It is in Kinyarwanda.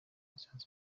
patient